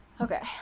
okay